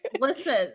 listen